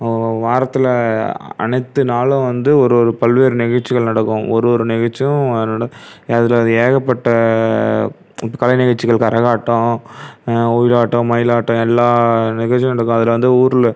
வாரத்தில் அனைத்து நாளும் வந்து ஒரு ஒரு பல்வேறு நிகழ்ச்சிகள் நடக்கும் ஒரு ஒரு நிகழ்ச்சியும் அதனால் அதில் ஏகப்பட்ட கலை நிகழ்ச்சிகள் கரகாட்டம் ஒயிலாட்டம் மயிலாட்டம் எல்லா நிகழ்ச்சியும் நடக்கும் அதில் வந்து ஊரில்